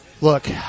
Look